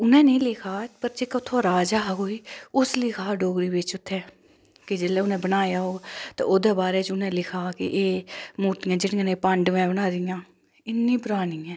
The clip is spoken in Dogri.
उनें नी लिखेआ पर जेह्का उत्थै राजा हा कोई उस लिखेआ डोगरी बिच उत्थै के जेल्लै उनें बनाया होग ते ओह्दे बारे च उनें लिखा की एह् मूर्तियां जेहड़ियां न एह् पांडवें बनाई दियां इन्नी परानी ऐ